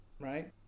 right